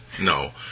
No